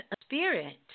spirit